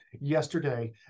yesterday